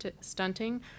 stunting